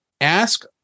ask